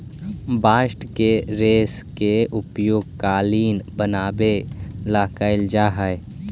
bast के रेश के उपयोग कालीन बनवावे ला कैल जा हई